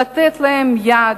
לתת להם יד,